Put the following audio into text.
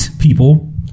people